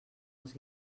els